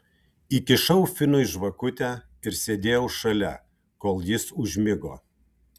įkišau finui žvakutę ir sėdėjau šalia kol jis užmigo